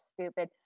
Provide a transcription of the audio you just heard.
stupid